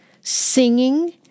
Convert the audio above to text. singing